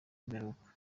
w’imperuka